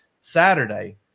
Saturday